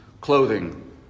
clothing